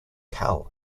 cal